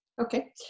Okay